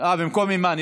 במקום אימאן.